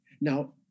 Now